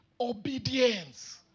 obedience